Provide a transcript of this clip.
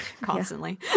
constantly